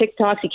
TikToks